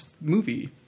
movie